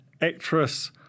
actress